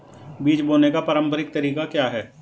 बीज बोने का पारंपरिक तरीका क्या है?